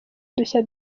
udushya